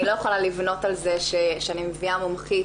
אני לא יכולה לבנות על זה שאני מביאה מומחית